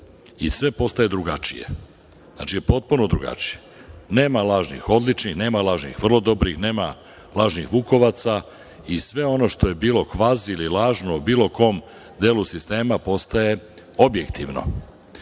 i sve postaje drugačije, potpuno drugačije, nema lažnih odličnih, nema lažnih vrlo dobrih, nema lažnih vukovaca i sve ono što je bilo kvazi ili lažno u bilo kom delu sistema, postaje objektivno. Time